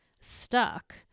stuck